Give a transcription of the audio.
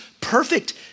perfect